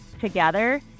together